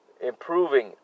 improving